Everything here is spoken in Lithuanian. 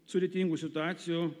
sudėtingų situacijų